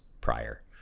prior